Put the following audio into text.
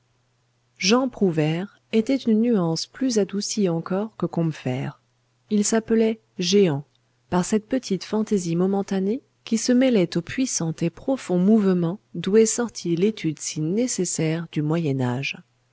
jean prouvaire était une nuance plus adoucie encore que combeferre il s'appelait jehan par cette petite fantaisie momentanée qui se mêlait au puissant et profond mouvement d'où est sortie l'étude si nécessaire du